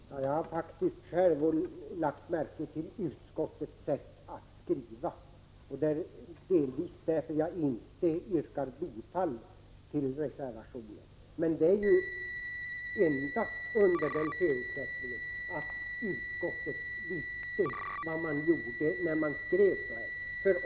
Herr talman! Jag har faktiskt själv lagt märke till utskottets sätt att skriva, och det är delvis därför jag inte yrkar bifall till reservationen. Men det är endast under den förutsättningen att man i utskottet visste vad man gjorde när man skrev så här.